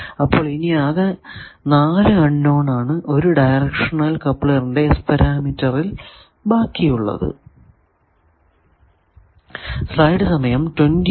അപ്പോൾ ആകെ ഇനി 4 അൺ നോൺ ആണ് ഒരു ഡയറക്ഷണൽ കപ്ലറിന്റെ S പരാമീറ്ററിൽ ബാക്കി ഉള്ളത്